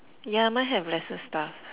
yeah mine have lesser stuff